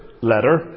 letter